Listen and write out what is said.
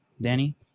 Danny